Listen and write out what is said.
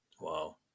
Wow